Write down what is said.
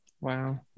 Wow